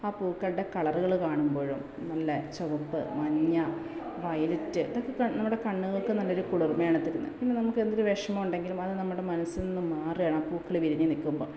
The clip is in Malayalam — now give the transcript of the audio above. ആ പൂക്കളുടെ കളറുകൾ കാണുമ്പോഴോ നല്ല ചുവപ്പ് മഞ്ഞ വയലറ്റ് ഇതൊക്കെ നമ്മുടെ കണ്ണുകൾക്ക് നല്ലൊരു കുളിർമ്മയാണ് തരുന്നത് പിന്നെ നമുക്കെന്തൊരു വിഷമം ഉണ്ടെങ്കിലും അത് നമ്മുടെ മനസ്സിൽ നിന്നും മാറുകയാണ് ആ പൂക്കൾ വിരിഞ്ഞ് നിൽക്കുമ്പോൾ